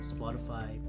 Spotify